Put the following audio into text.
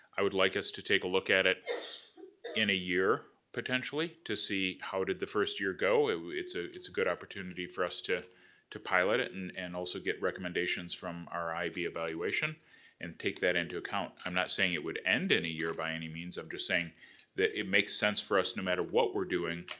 i would like us to take a look at it in a year potentially to see how did the first year go. it's a it's a good opportunity for us to to pilot it and and also get recommendations from our ib evaluation and take that into account. i'm not saying it would end in a year by any means. i'm just saying that it makes sense for us, no matter what we're doing,